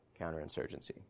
counterinsurgency